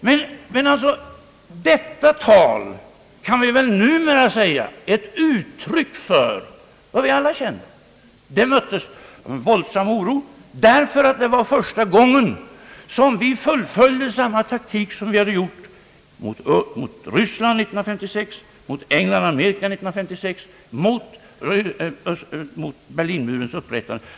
Vi kan dock numera säga att detta tal är ett uttryck för vad vi alla känner. Det möttes med en våldsam oro därför att det var första gången som vi fullföljde den taktik vi använt mot Ryssland 1956, mot England och Amerika samma år och mot Berlinmurens upprättande.